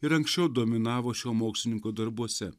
ir anksčiau dominavo šio mokslininko darbuose